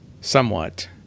somewhat